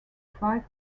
five